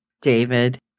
David